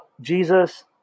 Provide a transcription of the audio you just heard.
Jesus